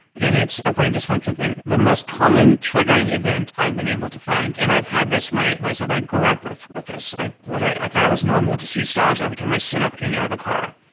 and it's a brain disfunction thing. the most common triggering event i've been able to find, and i've had this myself, i grew up with with this, i literally, i thought it was normal to see stars every time i stood up getting out of a car,